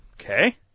Okay